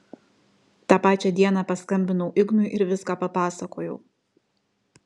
tą pačią dieną paskambinau ignui ir viską papasakojau